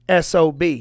SOB